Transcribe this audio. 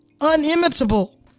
unimitable